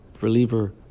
reliever